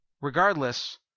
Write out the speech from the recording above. Regardless